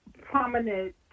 prominent